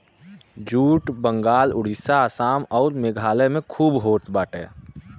jute Bengal Orissa Assam अउर मेघालय में खूब होत बाटे